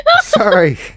Sorry